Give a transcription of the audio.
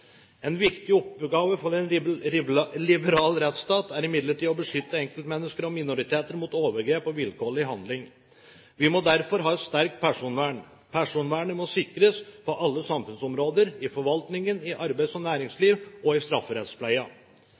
En viktig oppgave for en liberal rettsstat er imidlertid å beskytte enkeltmennesker og minoriteter mot overgrep og vilkårlig behandling. Vi må derfor ha et sterkt personvern. Personvernet må sikres på alle samfunnsområder, i forvaltningen, i arbeids- og næringsliv og i